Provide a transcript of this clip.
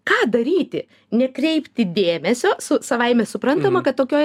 ką daryti nekreipti dėmesio su savaime suprantama kad tokioj